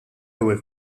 ewwel